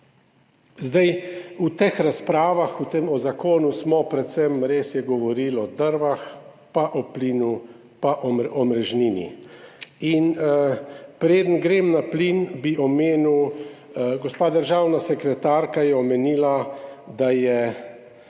V teh razpravah o tem zakonu smo predvsem, res je, govorili o drveh, pa o plinu in omrežnini. Preden grem na plin, bi omenil naslednje. Gospa državna sekretarka je omenila, da je